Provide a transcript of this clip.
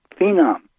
phenom